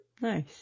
Nice